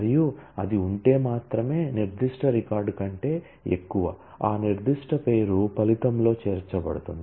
మరియు అది ఉంటే మాత్రమే నిర్దిష్ట రికార్డ్ కంటే ఎక్కువ ఆ నిర్దిష్ట పేరు ఫలితంలో చేర్చబడుతుంది